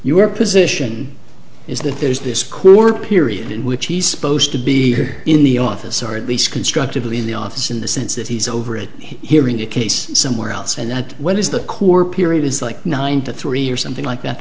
your position is that there's this core period in which he's supposed to be here in the office or at least constructively in the office in the sense that he's over it hearing the case somewhere else and that what is the core period is like nine to three or something like that